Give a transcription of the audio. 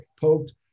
poked